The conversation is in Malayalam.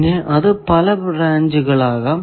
പിന്നെ അത് പല ബ്രാഞ്ചുകൾ ആകാം